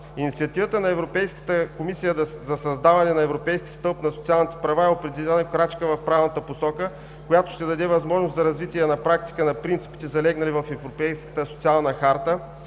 Инициативата на Европейската комисия за създаване на европейски стълб на социалните права е определена крачка в правилната посока, която ще даде възможност за развитие на практика на принципите, залегнали в Европейската социална харта,